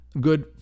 good